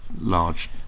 large